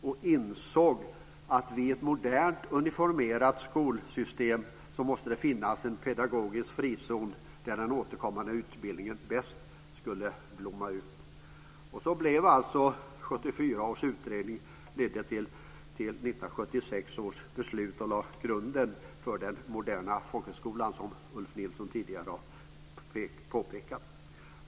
Han insåg att i ett modernt, uniformt skolsystem måste det finnas en pedagogisk frizon där den återkommande utbildningen bäst kan blomma ut. Då blev det alltså så att 1974 års utredning ledde till 1976 års beslut, som lade grunden för den moderna folkhögskolan, som Ulf Nilsson tidigare har påpekat.